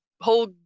whole